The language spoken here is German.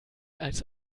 als